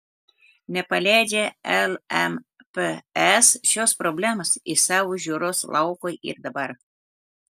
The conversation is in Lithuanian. nepaleidžia lmps šios problemos iš savo žiūros lauko ir dabar